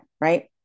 right